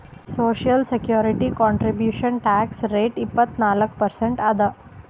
social security contribution tax rate ಇಪ್ಪತ್ನಾಲ್ಕು percent ಅದ